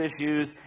issues